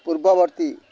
ପୂର୍ବବର୍ତ୍ତୀ